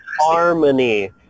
harmony